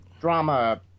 drama